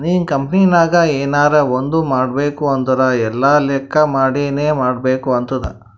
ನೀ ಕಂಪನಿನಾಗ್ ಎನರೇ ಒಂದ್ ಮಾಡ್ಬೇಕ್ ಅಂದುರ್ ಎಲ್ಲಾ ಲೆಕ್ಕಾ ಮಾಡಿನೇ ಮಾಡ್ಬೇಕ್ ಆತ್ತುದ್